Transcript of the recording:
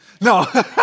No